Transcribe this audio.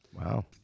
wow